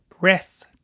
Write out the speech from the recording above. breath